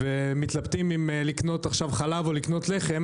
ומתלבטים אם לקנות עכשיו חלב או לקנות לחם